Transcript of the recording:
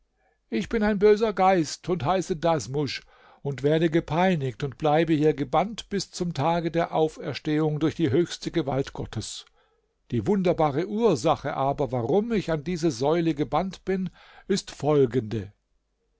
ich bin ein böser geist und heiße dasmusch und werde gepeinigt und bleibe hier gebannt bis zum tage der auferstehung durch die höchste gewalt gottes die wunderbare ursache aber warum ich an diese säule gebannt bin ist folgende